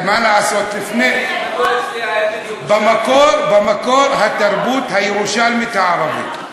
מה לעשות, במקור התרבות הירושלמית הערבית.